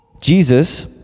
Jesus